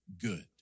good